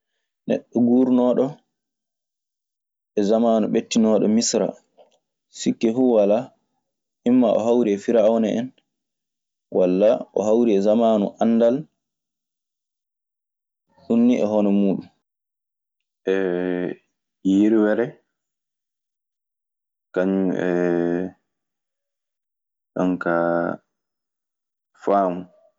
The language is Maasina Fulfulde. Neɗɗo guurnooɗo e samaanu ɓettinooɗo Misra. Sikke fuu walaa, imma o hawri e firawna en walla o hawri e samaanu anndal. Ɗun nii e hono muuɗun.